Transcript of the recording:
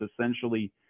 essentially